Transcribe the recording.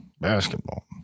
basketball